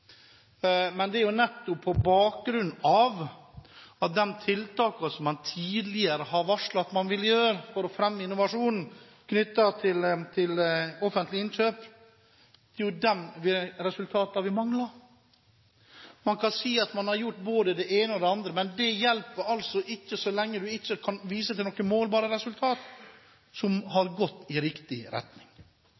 men det er jo nettopp resultatene av de tiltakene som man tidligere har varslet at man ville iverksette for å fremme innovasjon, knyttet til offentlige innkjøp, vi mangler. Man kan si at man har gjort både det ene og det andre, men det hjelper altså ikke så lenge du ikke kan vise til noen målbare resultater som har